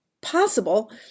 possible